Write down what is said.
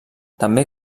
també